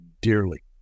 dearly